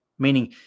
meaning